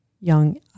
young